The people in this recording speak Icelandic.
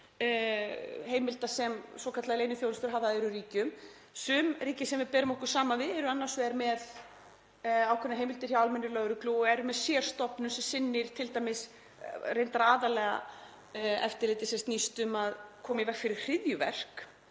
heimilda sem svokallaðar leyniþjónustur hafa í öðrum ríkjum. Sum ríki sem við berum okkur saman við eru annars vegar með ákveðnar heimildir hjá almennri lögreglu og eru með sérstofnun sem sinnir reyndar aðallega eftirliti sem snýst um að koma í veg fyrir hryðjuverk,